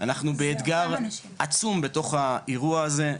אנחנו באתגר עצום בתוך האירוע הזה,